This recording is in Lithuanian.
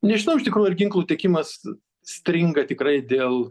nežinau iš tikrųjų ar ginklų tiekimas stringa tikrai dėl